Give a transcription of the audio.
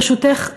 ברשותך,